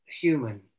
human